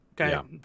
Okay